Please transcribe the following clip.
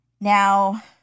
Now